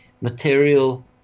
material